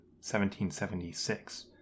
1776